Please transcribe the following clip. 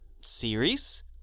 series